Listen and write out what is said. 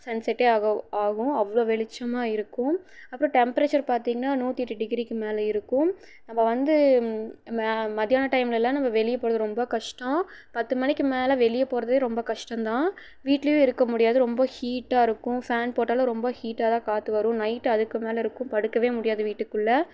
Sun செட்டே ஆகும் ஆகும் அவ்வளோ வெளிச்சமாக இருக்கும் அப்புறம் டெம்ப்ரேச்சர் பார்த்திங்ன்னா நூற்றி எட்டு டிகிரிக்கு மேலே இருக்கும் நம்ம வந்து மத்தியானம் டைம்யெலலாம் நம்ம வெளியே போவது ரொம்ப கஷ்டம் பத்து மணிக்கு மேலே வெளியே போகிறதே ரொம்ப கஷ்டம்தான் வீட்டிலியும் இருக்க முடியாது ரொம்ப ஹீட்டாக இருக்கும் ஃபான் போட்டாலும் ரொம்ப ஹீட்டாகதான் காற்று வரும் நைட் அதுக்கு மேலே இருக்கும் படுக்கவே முடியாது வீட்டுக்குள்ளே